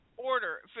order